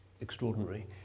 extraordinary